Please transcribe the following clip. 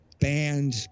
banned